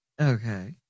Okay